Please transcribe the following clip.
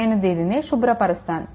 నేను దీనిని శుభ్రపరుస్తాను